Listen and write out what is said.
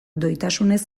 doitasunez